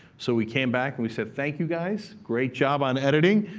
so we came back, and we said, thank you, guys. great job on editing.